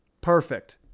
perfect